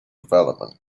development